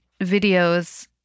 videos